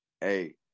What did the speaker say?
hey